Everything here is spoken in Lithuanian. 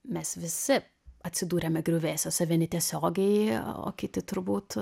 mes visi atsidūrėme griuvėsiuose vieni tiesiogiai o kiti turbūt